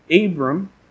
Abram